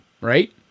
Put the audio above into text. right